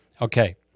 Okay